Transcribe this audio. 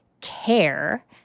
care